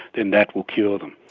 then that will cure them.